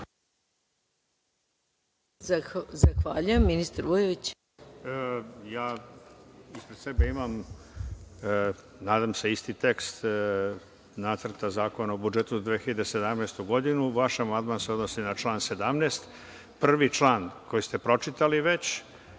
Vujović. **Dušan Vujović** Ispred sebe imam, nadam se, isti tekst Nacrta zakona o budžetu za 2017. godinu. Vaš amandman se odnosi na član 17. Prvi član koji ste pročitali već